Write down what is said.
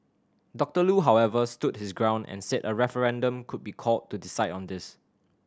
Doctor Loo however stood his ground and said a referendum could be called to decide on this